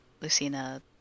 Lucina